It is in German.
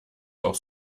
auch